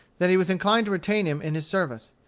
that he was inclined to retain him in his service.